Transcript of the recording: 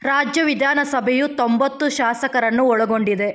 ರಾಜ್ಯ ವಿಧಾನಸಭೆಯು ತೊಂಬತ್ತು ಶಾಸಕರನ್ನು ಒಳಗೊಂಡಿದೆ